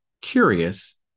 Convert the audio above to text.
curious